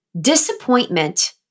disappointment